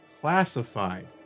classified